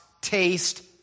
taste